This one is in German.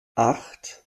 acht